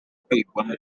kwigamo